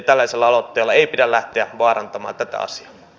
tällaisella aloitteella ei pidä lähteä vaarantamaan tätä asiaa